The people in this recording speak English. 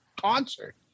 concert